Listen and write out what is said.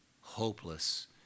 hopeless